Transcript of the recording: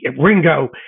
Ringo